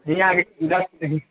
हियाँके दस दिन